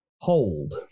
hold